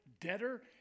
debtor